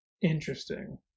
Interesting